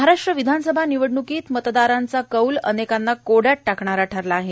महाराष्ट्र विधानसभा निवडण्कीत मतदारांचा कौल अनेकांना कोड्यात टाकणारा ठरला आहे